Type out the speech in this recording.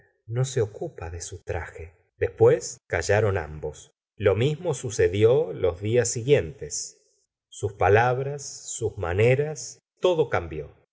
no se ocupa de su traje después callaron ambos lo mismo sucedió los dias siguientes sus palabras sus maneras todo cambió